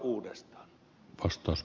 arvoisa puhemies